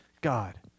God